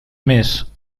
més